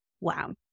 wow